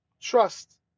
Trust